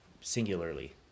singularly